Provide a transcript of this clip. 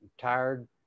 tired